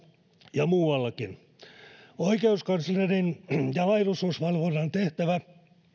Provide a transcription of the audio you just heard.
ja muuallakin oikeuskanslerin ja laillisuusvalvonnan tehtävä